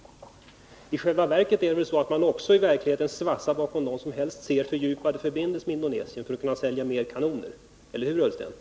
I själva verket svassar man väl också bakom dem som helst ser fördjupade förbindelser med Indonesien för att kunna sälja fler kanoner. Eller hur, Ola Ullsten?